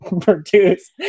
produce